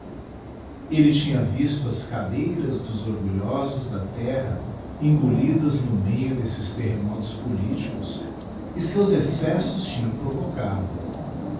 elle tinha visto as cadeiras dos orgulhosos da terra engolidas no meio desses terremotos políticos que seus excessos tinham provocado